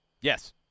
Yes